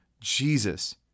Jesus